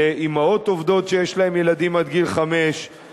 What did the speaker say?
לאמהות עובדות שיש להן ילדים עד גיל חמש,